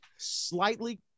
slightly